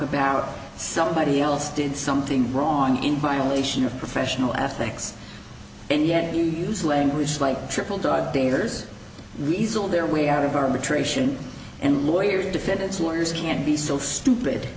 about somebody else did something wrong in violation of professional ethics and yet you use language like triple di daters result their way out of arbitration and lawyer defense lawyers can't be so stupid